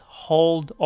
hold